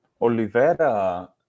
Oliveira